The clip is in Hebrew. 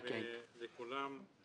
ושלום לכולם.